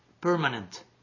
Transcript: permanent